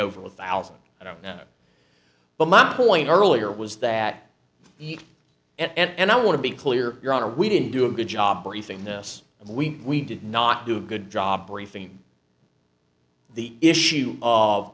over one thousand i don't know but my point earlier was that he and i want to be clear your honor we didn't do a good job briefing this we did not do a good job briefing the issue of